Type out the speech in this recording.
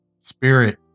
Spirit